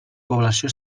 població